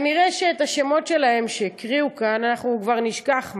כנראה את אלה שאת השמות שלהן הקריאו כאן אנחנו כבר נשכח מחר,